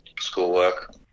schoolwork